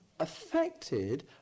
affected